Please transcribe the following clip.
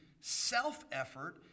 self-effort